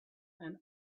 and